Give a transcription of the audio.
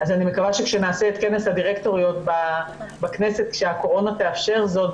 אז אני מקווה שכשנעשה את כנס הדירקטוריות בכנסת כשהקורונה תאפשר זאת,